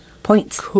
points